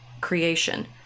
creation